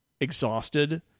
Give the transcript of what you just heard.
exhausted